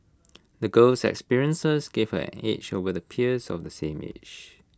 the girl's experiences gave her an edge over the peers of the same age